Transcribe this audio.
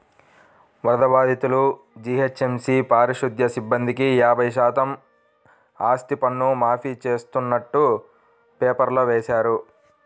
వరద బాధితులు, జీహెచ్ఎంసీ పారిశుధ్య సిబ్బందికి యాభై శాతం ఆస్తిపన్ను మాఫీ చేస్తున్నట్టు పేపర్లో వేశారు